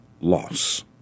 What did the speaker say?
loss